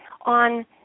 on